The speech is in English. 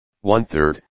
one-third